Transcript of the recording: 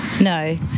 No